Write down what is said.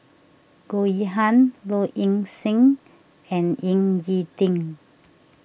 Goh Yihan Low Ing Sing and Ying E Ding